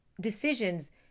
decisions